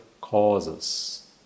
causes